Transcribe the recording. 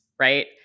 right